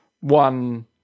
one